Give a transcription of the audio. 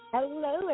Hello